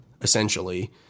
essentially